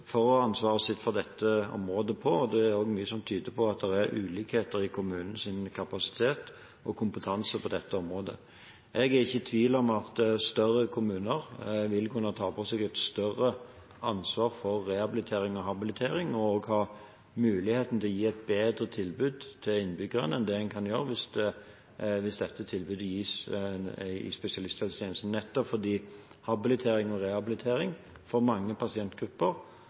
for ansvaret sitt på dette området, og det er også mye som tyder på at det er ulikheter i kommunenes kapasitet og kompetanse på dette området. Jeg er ikke i tvil om at større kommuner vil kunne ta på seg et større ansvar for rehabilitering og habilitering og også ha mulighet til å gi et bedre tilbud til innbyggerne enn hvis dette tilbudet gis i spesialisthelsetjenesten, nettopp fordi habilitering og rehabilitering for mange pasientgrupper